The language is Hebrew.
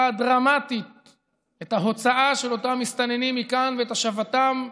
דרמטית את ההוצאה של אותם מסתננים מכאן ואת השבתם לביתם,